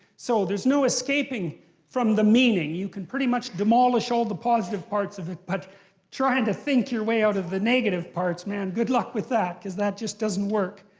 so there's no escaping from the meaning, you can pretty much demolish all the positive parts of it. but trying to think your way out of the negative parts, man, good luck with that, because that just doesn't work.